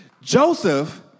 Joseph